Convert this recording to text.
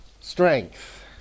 strength